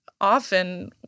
often